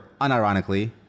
unironically